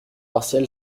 martial